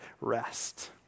rest